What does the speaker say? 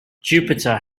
jupiter